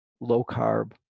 low-carb